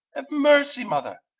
have mercy, mother!